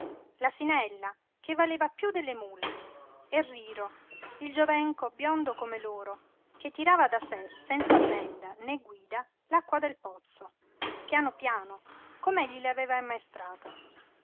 l'asinella che valeva piú delle mule e riro il giovenco biondo come l'oro che tirava da sé senza benda né guida l'acqua del pozzo pian piano com'egli l'aveva